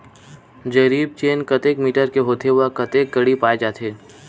जरीब चेन कतेक मीटर के होथे व कतेक कडी पाए जाथे?